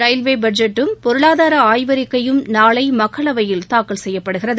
railway பட்ஜெட்டும் பொருளாதார ஆய்வறிக்கையும் நாளை மக்களவையில் தாக்கல் செய்யப்படுகிறது